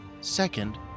Second